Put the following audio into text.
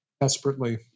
desperately